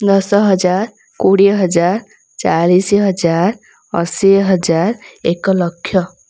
ଦଶ ହଜାର କୋଡ଼ିଏ ହଜାର ଚାଳିଶ ହଜାର ଅଶୀ ହଜାର ଏକ ଲକ୍ଷ